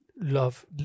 love